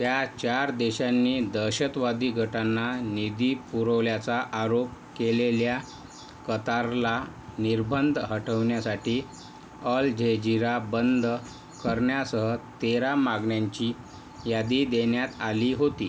त्या चार देशांनी दहशतवादी गटांना निधी पुरवल्याचा आरोप केलेल्या कतारला निर्बंध हटवण्यासाठी अल झेझिरा बंद करण्यासह तेरा मागण्यांची यादी देण्यात आली होती